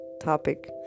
topic